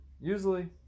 Usually